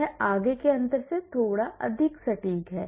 यह आगे के अंतर से थोड़ा अधिक सटीक है